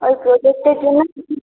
ওই প্রোজেক্টের জন্য